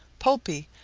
pulpy,